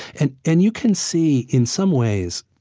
and and you can see in some ways,